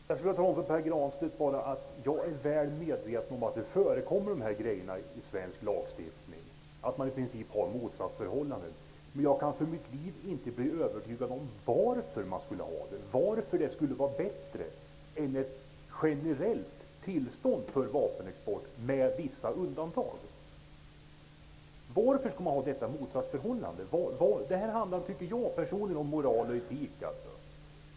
Herr talman! Jag kan tala om för Pär Granstedt att jag är väl medveten om att sådana grejer som han nämnde förekommer i svensk lagstiftning, att man i princip har ett motsatsförhållande. Men jag kan för mitt liv inte bli övertygad om varför man skulle ha det, varför det skulle vara bättre än ett generellt tillstånd för vapenexport, med vissa undantag. Varför skall man ha detta motsatsförhållande? Det här handlar, tycker jag personligen, om moral och etik.